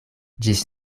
ĝis